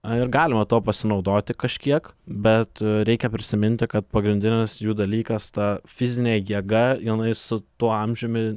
a ir galima tuo pasinaudoti kažkiek bet reikia prisiminti kad pagrindinis jų dalykas ta fizinė jėga jinai su tuo amžiumi